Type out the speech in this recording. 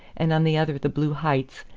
and on the other the blue heights,